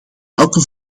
elke